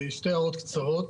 שתי הערות קצרות.